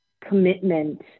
commitment